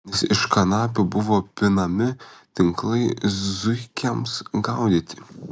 nes iš kanapių buvo pinami tinklai zuikiams gaudyti